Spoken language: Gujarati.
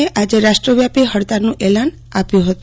એ આજે રાષ્ટ્રવ્યાપી હડતાલનું એલાન આપ્યું હતું